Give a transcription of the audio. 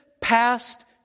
past